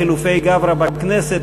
חילופי גברי בכנסת.